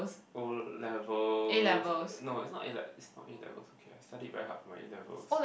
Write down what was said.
O-levels no is not A-levels is not A-levels okay I studied very hard for my A-levels